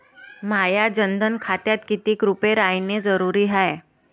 माह्या जनधन खात्यात कितीक रूपे रायने जरुरी हाय?